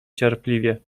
cierpliwie